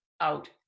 out